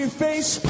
face